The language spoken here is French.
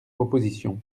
propositions